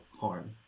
harm